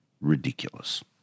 ridiculous